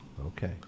Okay